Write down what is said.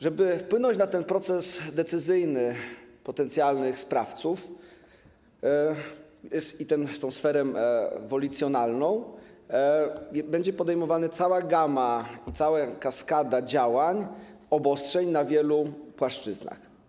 Żeby wpłynąć na ten proces decyzyjny potencjalnych sprawców, na tę sferę wolicjonalną, będzie podejmowana cała gama, cała kaskada działań, obostrzeń na wielu płaszczyznach.